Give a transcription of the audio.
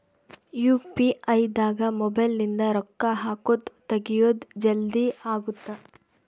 UPI ದಾಗ mobile ನಿಂದ ರೊಕ್ಕ ಹಕೊದ್ ತೆಗಿಯೊದ್ ಜಲ್ದೀ ಅಗುತ್ತ